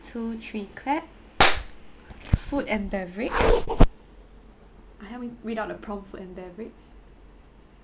two three clap food and beverage uh help me read out the prompt food and beverage